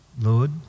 Lord